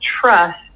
trust